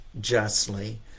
justly